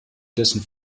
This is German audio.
dessen